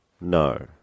No